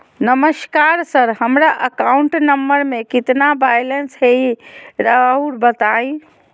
नमस्कार सर हमरा account number में कितना बैलेंस हेई राहुर बताई?